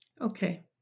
Okay